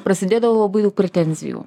prasidėdavo labai daug pretenzijų